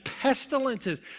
pestilences